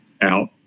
out